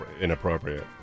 inappropriate